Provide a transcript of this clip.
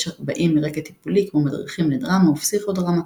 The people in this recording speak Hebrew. הבאים מרקע טיפולי כמו מדריכים לדרמה ופסיכודרמה,